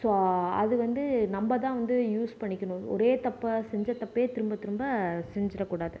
so அது வந்து நம்ம தான் வந்து யூஸ் பண்ணிக்கணும் ஒரே தப்ப செஞ்ச தப்பே திரும்பத்திரும்ப செஞ்சுட கூடாது